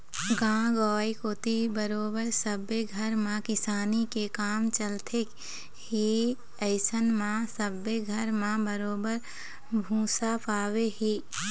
गाँव गंवई कोती बरोबर सब्बे घर म किसानी के काम चलथे ही अइसन म सब्बे घर म बरोबर भुसा पाबे ही